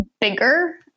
bigger